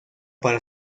para